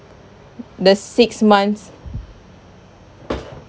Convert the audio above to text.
the six months